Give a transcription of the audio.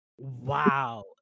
Wow